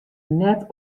net